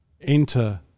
enter